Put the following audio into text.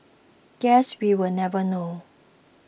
guess we will never know